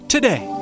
Today